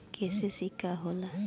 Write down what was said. KCC का होला?